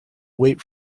wait